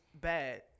bad